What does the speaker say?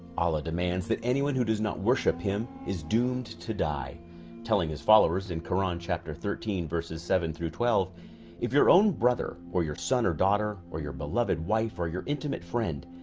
allah demands that anyone who does not worship him is doomed to die telling his followers in quran chapter thirteen verses seven through twelve if your own brother or your son or daughter or your beloved wife or your intimate friend?